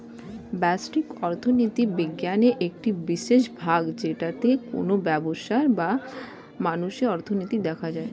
ব্যষ্টিক অর্থনীতি বিজ্ঞানের একটি বিশেষ ভাগ যেটাতে কোনো ব্যবসার বা মানুষের অর্থনীতি দেখা হয়